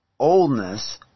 oldness